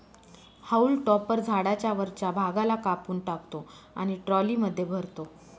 haulm topper झाडाच्या वरच्या भागाला कापून टाकतो आणि ट्रॉलीमध्ये भरतो